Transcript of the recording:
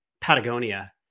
Patagonia